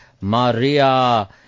Maria